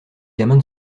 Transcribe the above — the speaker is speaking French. gamins